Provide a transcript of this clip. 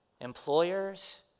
employers